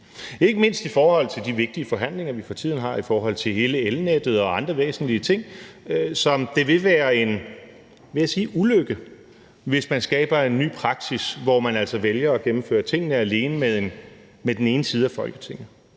ikke mindst i forhold til de vigtige forhandlinger, vi for tiden har i forhold til hele elnettet og andre væsentlige ting, hvor det vil være en, vil jeg sige, ulykke, hvis man skaber en ny praksis, hvor man altså vælger at gennemføre tingene alene med den ene side af Folketinget.